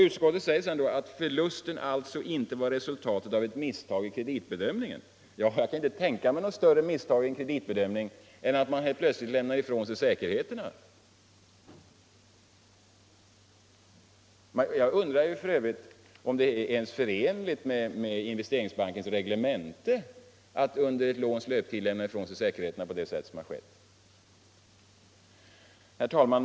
Utskottet säger sedan att förlusten alltså inte var resultatet av ett misstag i kreditbedömningen. Men jag kan inte tänka mig något större misstag i en kreditbedömning än att man helt plötsligt lämnar ifrån sig säkerheterna! Jag undrar f.ö. om det ens är förenligt med Investeringsbankens reglemente att under ett låns löptid lämna ifrån sig säkerhet på det sätt som här har skett. Herr talman!